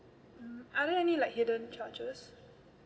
mm are there any like hidden charges